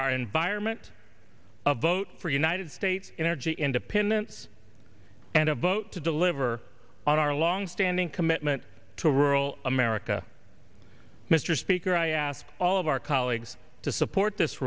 our environment of vote for united states energy independence and a vote to deliver on our long standing commitment to rural america mr speaker i ask all of our colleagues to support this